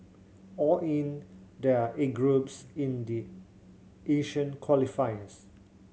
all in there are eight groups in the Asian qualifiers